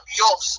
Dios